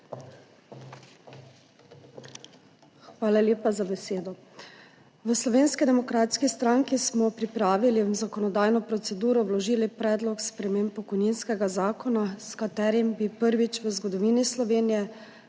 Hvala lepa za besedo. V Slovenski demokratski stranki smo pripravili in v zakonodajno proceduro vložili predlog sprememb pokojninskega zakona, s katerim bi prvič v zgodovini Slovenije